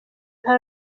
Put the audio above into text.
nta